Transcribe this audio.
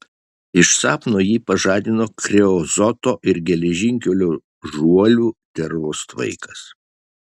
iš sapno jį pažadino kreozoto ir geležinkelio žuolių dervos tvaikas